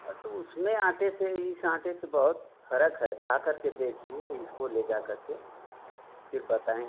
अरे तो उसमें आटे से इस आटे से बहुत फ़र्क है खाकर के देखिए इसको ले जाकर के फिर बताएँगे